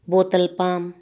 bottle palm